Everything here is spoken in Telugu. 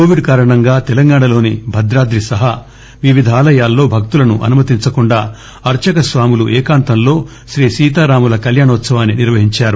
కోవిడ్ కారణంగా తెలంగాణలోని భద్రాద్రి సహా వివిధ ఆలయాల్లో భక్తులను అనుమతించకుండా అర్చక స్వాములు ఏకాంతంలో శ్రీ సీతారాముల కళ్యాణోత్సవాన్ని నిర్వహించారు